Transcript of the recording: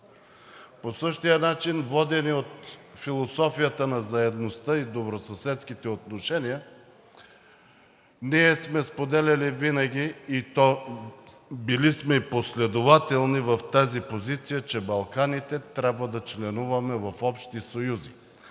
По същия начин, водени от философията на заедността и добросъседските отношения, ние сме споделяли винаги, и то сме били последователни в тази позиция, че Балканите трябва да членуваме в общи съюзи,